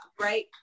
right